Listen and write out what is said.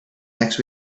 next